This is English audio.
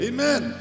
Amen